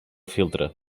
filtre